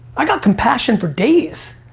i've got compassion for days.